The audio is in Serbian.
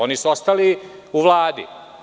Oni su ostali u Vladi.